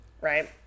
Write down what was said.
right